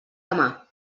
demà